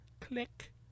Click